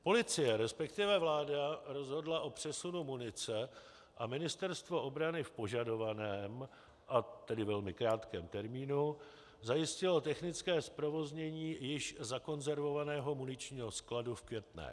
Policie, resp. vláda rozhodla o přesunu munice a Ministerstvo obrany v požadovaném, a tedy velmi krátkém termínu zajistilo technické zprovoznění již zakonzervovaného muničního skladu v Květné.